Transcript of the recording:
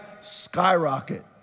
skyrocket